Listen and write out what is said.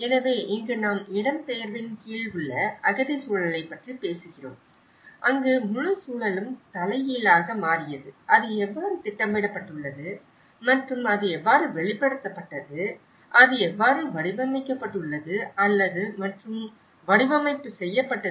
எனவே இங்கு நாம் இடம்பெயர்வின் கீழ் உள்ள அகதி சூழலைப் பற்றி பேசுகிறோம் அங்கு முழு சூழலும் தலைகீழாக மாறியது அது எவ்வாறு திட்டமிடப்பட்டுள்ளது மற்றும் அது எவ்வாறு வெளிப்படுத்தப்பட்டது அது எவ்வாறு வடிவமைக்கப்பட்டுள்ளது மற்றும் மறுவடிவமைப்பு செய்யப்பட்டது